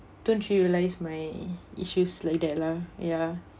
don't realise my issues like that lah ya